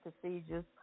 procedures